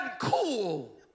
cool